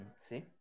see